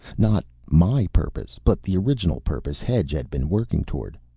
not my purpose, but the original purpose hedge had been working toward.